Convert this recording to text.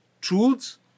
truths